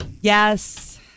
Yes